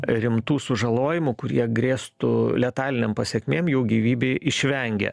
rimtų sužalojimų kurie grėstų letalinėm pasekmėm jų gyvybei išvengė